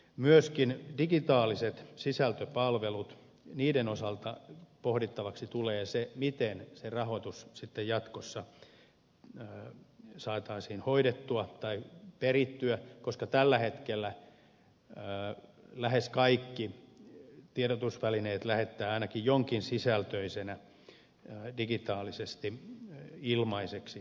myöskin digitaalisten sisältöpalveluiden osalta pohdittavaksi tulee se miten se rahoitus sitten jatkossa saataisiin perittyä koska tällä hetkellä lähes kaikki tiedotusvälineet lähettävät ainakin jonkinsisältöisenä digitaalisesti ilmaiseksi tätä sisältöä